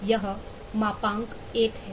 यह मापांक 1 है